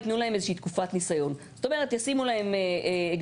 יתנו להם איזו שהיא תקופת ניסיון.